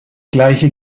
gleiche